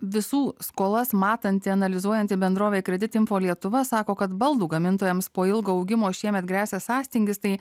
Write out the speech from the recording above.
visų skolas matanti analizuojanti bendrovė kreditų info lietuva sako kad baldų gamintojams po ilgo augimo šiemet gresia sąstingis tai